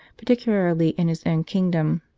particularly in his own kingdom.